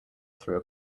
through